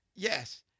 Yes